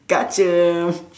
gotcha